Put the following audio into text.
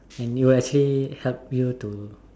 and you will actually help you to